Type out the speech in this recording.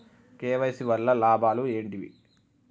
KYC వల్ల లాభాలు ఏంటివి?